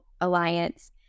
Alliance